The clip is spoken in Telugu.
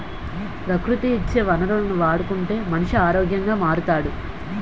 ప్రకృతి ఇచ్చే వనరులను వాడుకుంటే మనిషి ఆరోగ్యంగా మారుతాడు